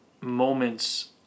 moments